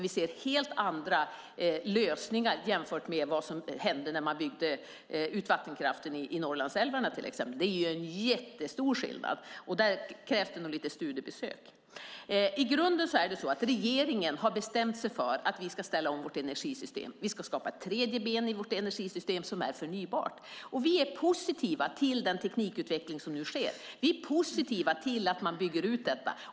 Vi ser helt andra lösningar jämfört med vad som hände när man till exempel byggde ut vattenkraften i Norrlandsälvarna. Det är en jättestor skillnad. Där krävs det nog lite studiebesök. Regeringen har bestämt sig för att vi ska ställa om vårt energisystem. Vi ska skapa ett tredje ben i vårt energisystem som är förnybar energi. Vi är positiva till den teknikutveckling som nu sker, och vi är positiva till utbyggnad.